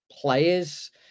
Players